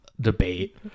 debate